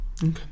okay